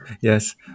Yes